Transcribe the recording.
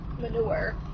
manure